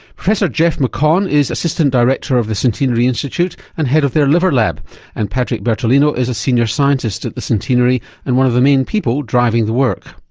professor geoff mccaughan is assistant director of the centenary institute and head of their liver lab and patrick bertolino is a senior scientist at the centenary and one of the main people driving the work.